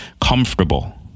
comfortable